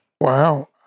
Wow